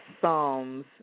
Psalms